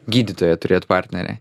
gydytoją turėt partnerį